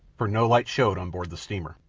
for no light showed on board the steamer.